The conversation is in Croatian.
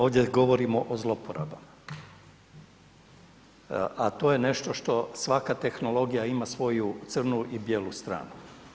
Ovdje govorimo o zloporabama, a to je nešto što svaka tehnologija ima crnu i bijelu stranu.